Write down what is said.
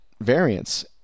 variance